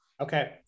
Okay